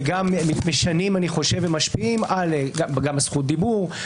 וגם משנים ומשפיעים על זכות הדיבור,